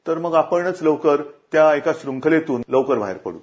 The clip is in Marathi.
तर मग आपणच त्या एका शृंखलेतून लवकर बाहेर पडू